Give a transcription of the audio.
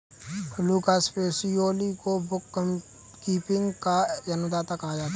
Lucas Pacioli को bookkeeping का जन्मदाता कहा जाता है